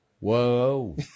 Whoa